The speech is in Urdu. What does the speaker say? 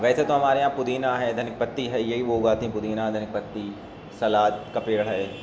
ویسے تو ہمارے یہاں پودینہ ہے دھن پتی ہے یہ وہ اگاتی پودینا دھن پتی سلاد کا پیڑ ہے